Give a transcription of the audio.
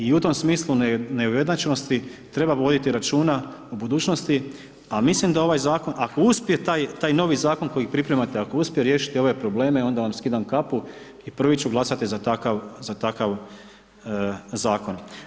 I u tom smislu neujednačenosti treba voditi računa u budućnosti a mislim da ovaj zakon, ako uspije taj novi zakon koji pripremate, ako uspije riješiti ove probleme onda vam skidam kapu i prvi ću glasati za takav zakon.